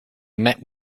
met